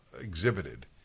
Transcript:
exhibited